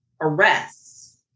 arrests